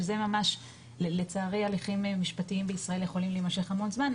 שזה ממש לצערי הליכים משפטיים בישראל יכולים להמשך המון זמן,